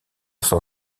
s’en